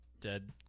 dead